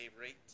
rate